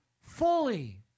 fully